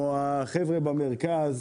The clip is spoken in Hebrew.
או החבר'ה במרכז,